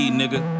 nigga